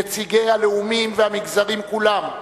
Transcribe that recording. נציגי הלאומים והמגזרים כולם,